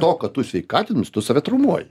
to kad tu sveikatinus tu save traumuoji